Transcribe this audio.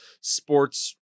sports